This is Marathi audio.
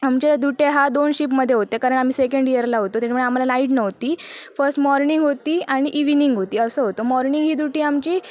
आमच्या डूट्या हा दोन शिफ्टमध्ये होत्या कारण आम्ही सेकंड इअरला होतो त्याच्यामुळे आम्हाला नाईट नव्हती फर्स्ट मॉर्निंग होती आणि इव्हिनिंग होती असं होतं मॉर्निंग ही डूटी आमची